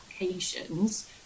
applications